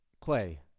Clay